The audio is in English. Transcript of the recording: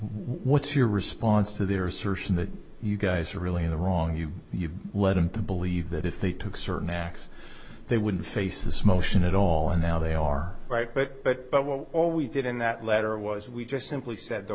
what's your response to their assertion that you guys are really in the wrong you you've led him to believe that if they took certain x they wouldn't face this motion at all and now they are right but but but what we always did in that letter was we just simply said the